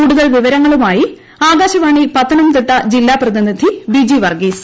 കൂടുതൽ വിവരങ്ങളുമായി ആകാശവാണി പത്തനംതിട്ട ജില്ലാപ്രതിനിധി ബിജി വർഗ്ഗീസ്